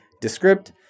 Descript